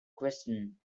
question